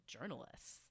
journalists